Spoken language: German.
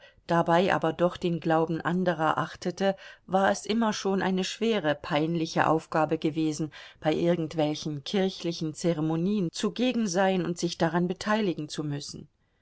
dabei aber doch den glauben anderer achtete war es immer schon eine schwere peinliche aufgabe gewesen bei irgendwelchen kirchlichen zeremonien zugegen sein und sich daran beteiligen zu müssen